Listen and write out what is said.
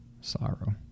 sorrow